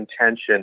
intention